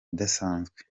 idasanzwe